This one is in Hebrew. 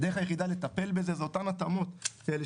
הדרך היחידה לטפל בזה זה אותן התאמות כאלה